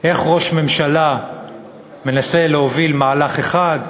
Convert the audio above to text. איך ראש ממשלה מנסה להוביל מהלך אחד,